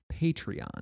Patreon